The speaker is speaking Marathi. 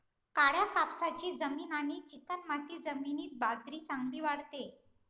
काळ्या कापसाची जमीन आणि चिकणमाती जमिनीत बाजरी चांगली वाढते